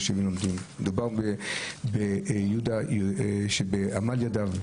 מדובר ביהודה שבעמל ידיו,